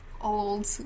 old